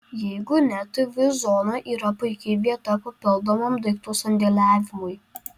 jeigu ne tv zona yra puiki vieta papildomam daiktų sandėliavimui